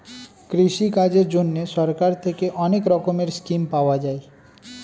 কৃষিকাজের জন্যে সরকার থেকে অনেক রকমের স্কিম পাওয়া যায়